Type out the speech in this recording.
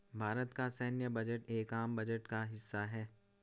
भारत का सैन्य बजट एक आम बजट का हिस्सा है